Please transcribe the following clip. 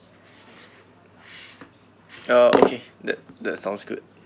ah okay that that sounds good